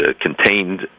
contained